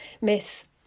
miss